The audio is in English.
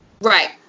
Right